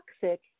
toxic